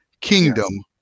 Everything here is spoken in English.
kingdom